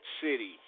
City